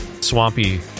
Swampy